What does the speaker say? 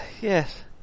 Yes